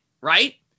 right